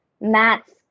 Matt's